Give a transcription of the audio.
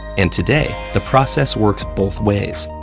and today, the process works both ways,